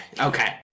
okay